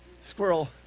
Squirrel